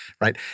Right